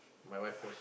my wife first